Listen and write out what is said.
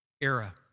era